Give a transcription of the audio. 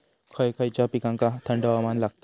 खय खयच्या पिकांका थंड हवामान लागतं?